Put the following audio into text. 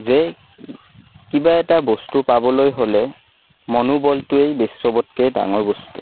যে কিবা এটা বস্তু পাবলৈ হ'লে মনোবলটোৱেই চবতকৈ ডাঙৰ বস্তু